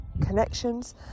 connections